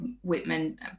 Whitman